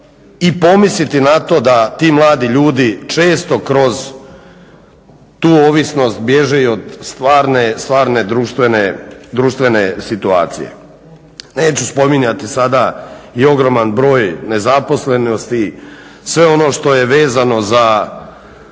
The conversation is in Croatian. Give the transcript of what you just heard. i pomisliti na to da ti mladi ljudi često kroz tu ovisnost bježe i od stvarne društvene situacije. Neću spominjati sada i ogroman broj nezaposlenosti, sve ono što je vezano za,